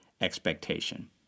expectation